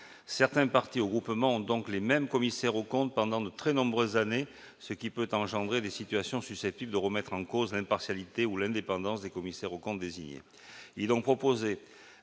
Certains partis ou groupements ont donc les mêmes commissaires aux comptes pendant de très nombreuses années, ce qui peut engendrer des situations susceptibles de remettre en cause l'impartialité ou l'indépendance des commissaires aux comptes désignés. Cet